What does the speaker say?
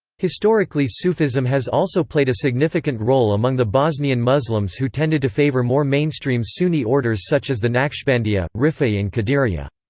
historically sufism has also played a significant role among the bosnian muslims who tended to favor more mainstream sunni orders such as the naqshbandiyya, rifa'i and qadiriyya.